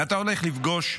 ואתה הולך לפגוש,